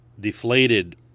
deflated